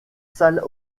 salles